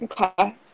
Okay